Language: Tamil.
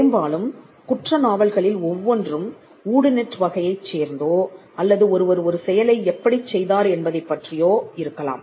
பெரும்பாலும் குற்ற நாவல்களில் ஒவ்வொன்றும் வூடூநிட் வகையைச் சேர்ந்தோ அல்லது ஒருவர் ஒரு செயலை எப்படிச் செய்தார் என்பதைப் பற்றியோ இருக்கலாம்